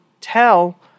tell